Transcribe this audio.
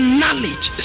knowledge